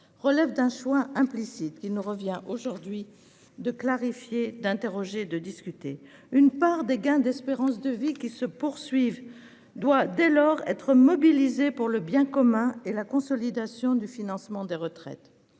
relève d'un choix implicite, qu'il nous revient aujourd'hui de clarifier, d'interroger et de discuter. Une part des gains d'espérance de vie qui se poursuivent doit être mobilisée pour le bien commun et la consolidation du financement des retraites.